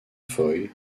foy